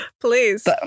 Please